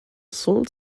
sold